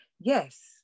yes